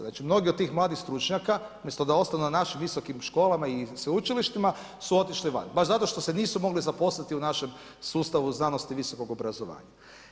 Znači mnogi od tih mladih stručnjaka umjesto da ostanu na našim visokim školama i sveučilištima su otišli van baš zato što se nisu mogli zaposliti u našem sustavu znanosti i visokog obrazovanja.